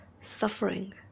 suffering